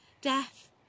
Death